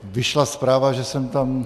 Vyšla zpráva, že jsem tam...